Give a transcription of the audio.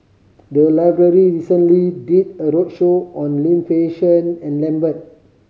the library recently did a roadshow on Lim Fei Shen and Lambert